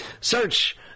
Search